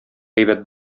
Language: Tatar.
әйбәт